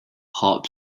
harp